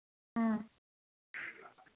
ꯎꯝ